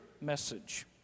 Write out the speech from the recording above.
message